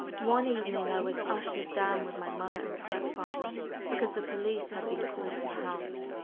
one evening i was ushered down with my mother and stepfather because the police had been called to the house.